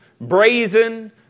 brazen